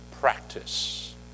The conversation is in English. practice